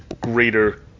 greater